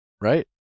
Right